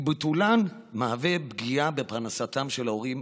וביטולן מהווה פגיעה בפרנסתם של ההורים,